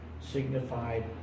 signified